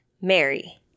mary